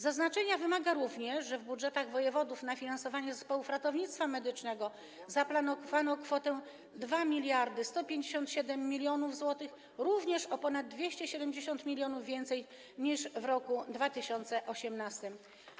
Zaznaczenia wymaga również, że w budżetach wojewodów na finansowanie zespołów ratownictwa medycznego zaplanowano kwotę 2157 mln zł, czyli również o ponad 270 mln więcej niż w roku 2018.